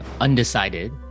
undecided